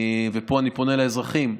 ופה אני פונה לאזרחים,